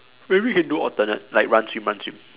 maybe we can do alternate like run swim run swim